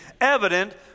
evident